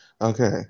Okay